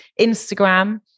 Instagram